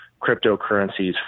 cryptocurrencies